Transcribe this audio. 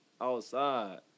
Outside